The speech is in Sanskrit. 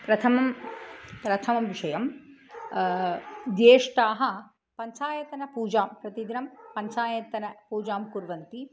प्रथमं प्रथमं विषयं ज्येष्ठाः पञ्चायतनपूजां प्रतिदिनं पञ्चायतनपूजां कुर्वन्ति